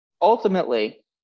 Ultimately